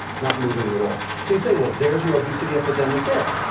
not moving at all. so you'd say, well, there's your obesity epidemic there.